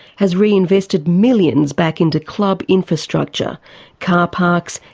has reinvested millions back into club infrastructure car parks,